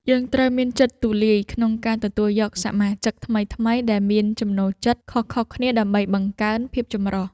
យើងត្រូវមានចិត្តទូលាយក្នុងការទទួលយកសមាជិកថ្មីៗដែលមានចំណូលចិត្តខុសៗគ្នា ដើម្បីបង្កើនភាពចម្រុះ។